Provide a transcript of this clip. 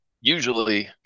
usually